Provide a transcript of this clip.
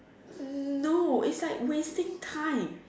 hmm no it's like wasting time